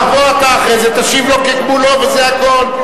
תבוא אתה אחרי זה, תשיב לו כגמולו, וזה הכול.